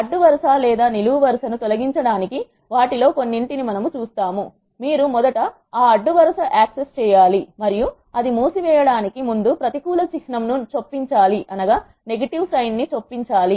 అడ్డు వరుస లేదా నిలువు వరుస ను తొలగించడానికి వాటిలో కొన్నింటిని మనము చూస్తాము మీరు మొదట ఆ అడ్డు వరుస యాక్సెస్ చేయాలి మరియు అది మూసివేయడానికి ముందు ప్రతికూల చిహ్నం ను చొప్పించాలి